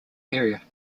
area